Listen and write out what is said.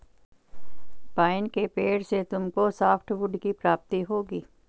pine के पेड़ से तुमको सॉफ्टवुड की प्राप्ति होगी